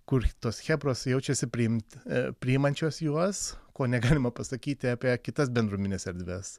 kur tos chebros jaučiasi priimt priimančios juos ko negalima pasakyti apie kitas bendruomenines erdves